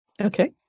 Okay